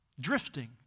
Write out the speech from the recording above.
Drifting